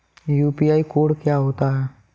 UPI code क्या होता है?